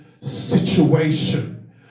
situation